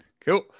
Cool